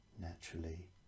Naturally